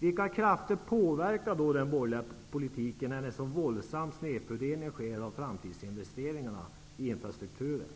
Vilka krafter påverkar den borgerliga politiken när en så våldsam snedfördelning sker av framtidsinvesteringarna i infrastrukturen?